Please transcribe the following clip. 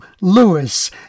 lewis